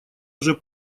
уже